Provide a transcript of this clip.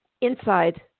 Inside